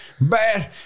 bad